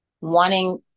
wanting